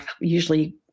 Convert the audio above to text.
usually